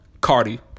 Cardi